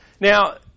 Now